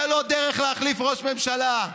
זו לא דרך להחליף ראש ממשלה.